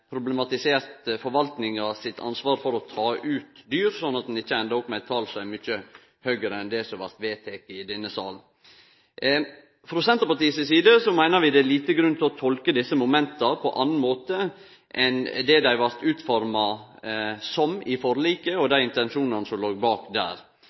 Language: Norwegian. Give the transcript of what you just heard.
forvaltninga sitt ansvar for å ta ut dyr problematisert, slik at ein ikkje endar opp med eit tal som er mykje høgare enn det som blei vedteke i denne salen. Frå Senterpartiet si side meiner vi det er liten grunn til å tolke desse momenta på annan måte enn slik dei er utforma i forliket